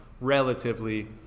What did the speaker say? relatively